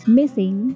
missing